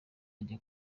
azajya